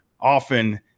often